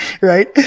Right